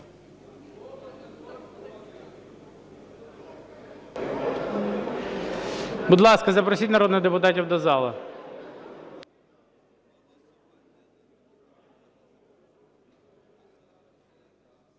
Будь ласка, запросіть народних депутатів до зали.